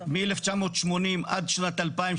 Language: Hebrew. מ-1980 עד שנת 2000,